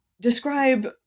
describe